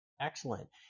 Excellent